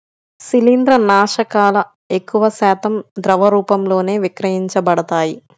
శిలీంద్రనాశకాలు ఎక్కువశాతం ద్రవ రూపంలోనే విక్రయించబడతాయి